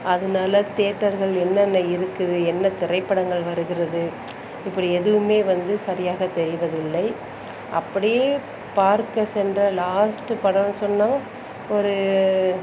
அதனால தேட்டர்கள் என்னென்ன இருக்குது என்ன திரைப்படங்கள் வருகிறது இப்படி எதுவுமே வந்து சரியாக தெரிவது இல்லை அப்படியே பார்க்க சென்ற லாஸ்ட் படம் சொன்னால் ஒரு